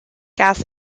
gas